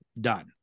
done